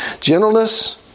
gentleness